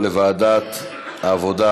לוועדת העבודה,